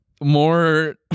more